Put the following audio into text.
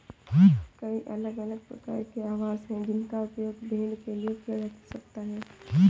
कई अलग अलग प्रकार के आवास हैं जिनका उपयोग भेड़ के लिए किया जा सकता है